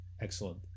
Excellent